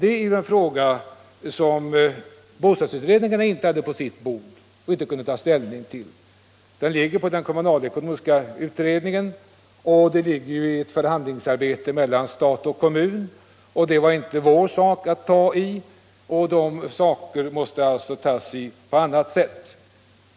Det är en fråga som bostadsutredningarna inte kunde ta ställning till, utan den behandlas av kommunalekonomiska utredningen och vid förhandlingar mellan sta Denna fråga hade bostadsutredningarna alltså inte att behandla, utan den måste lösas på annat sätt.